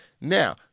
Now